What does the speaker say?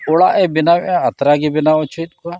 ᱚᱲᱟᱜᱮ ᱵᱮᱱᱟᱣ ᱮᱫᱟ ᱟᱛᱨᱟᱜᱮ ᱵᱮᱱᱟᱣ ᱦᱚᱪᱚᱭᱮᱫ ᱠᱚᱣᱟ